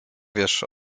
wiesz